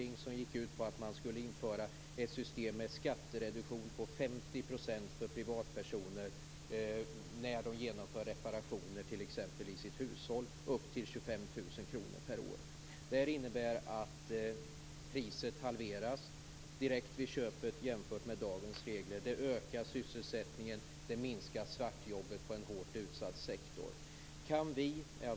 Förslaget går ut på att man skall införa ett system med en skattereduktion om 50 % för privatpersoner som genomför reparationer t.ex. i sitt hushåll; detta till ett belopp av upp till 25 000 kr per år. Det här innebär att priset halveras direkt vid köpet jämfört med hur det är med dagens regler. Sysselsättningen ökar och svartjobben inom en hårt utsatt sektor minskar.